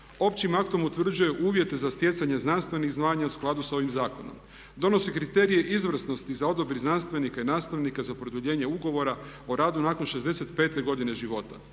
Općim aktom utvrđuje uvjete za stjecanje znanstvenih zvanja u skladu s ovim zakonom. Donosi kriterije izvrsnosti za odabir znanstvenika i nastavnika za produljenje ugovora o radu nakon 65. godine života.